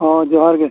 ᱦᱮᱸ ᱡᱚᱦᱟᱨ ᱜᱮ